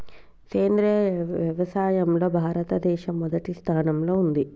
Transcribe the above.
సేంద్రియ వ్యవసాయంలో భారతదేశం మొదటి స్థానంలో ఉంది